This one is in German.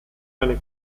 eine